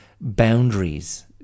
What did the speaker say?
boundaries